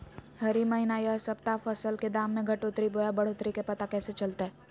हरी महीना यह सप्ताह फसल के दाम में घटोतरी बोया बढ़ोतरी के पता कैसे चलतय?